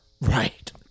Right